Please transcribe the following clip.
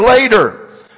later